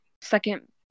second